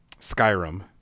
Skyrim